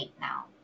now